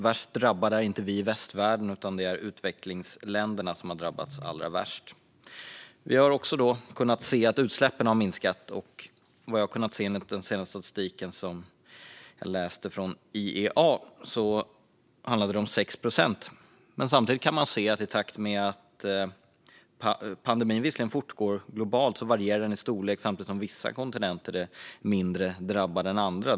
Värst drabbade är inte vi i västvärlden, utan det är utvecklingsländerna som har drabbats allra värst. Vi har också kunnat se att utsläppen har minskat. Enligt den senaste statistiken som jag läste från IEA handlar det om 6 procent. Samtidigt kan man se att pandemin visserligen fortgår globalt, men den varierar i storlek samtidigt som vissa kontinenter är mindre drabbade än andra.